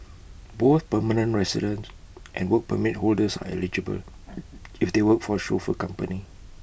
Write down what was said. both permanent residents and Work Permit holders are eligible if they work for A chauffeur company